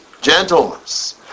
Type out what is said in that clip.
gentleness